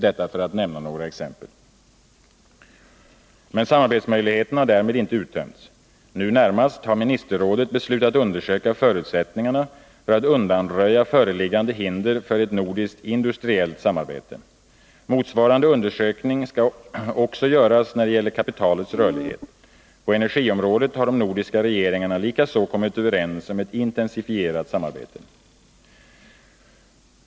Detta för att nämna några exempel. Men samarbetsmöjligheterna har därmed inte uttömts. Nu närmast har ministerrådet beslutat undersöka förutsättningarna för att undanröja föreliggande hinder för nordiskt industriellt samarbete. Motsvarande undersökning skall också göras när det gäller kapitalets rörlighet. På energiområdet har de nordiska regeringarna likaså kommit överens om ett intensifierat samarbete.